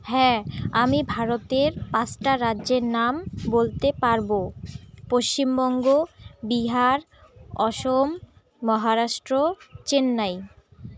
হ্যাঁ আমি ভারতের পাঁচটা রাজ্যের নাম বলতে পারবো পশ্চিমবঙ্গ বিহার অসম মহারাষ্ট্র চেন্নাই